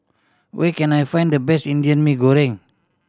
where can I find the best Indian Mee Goreng